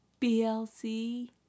blc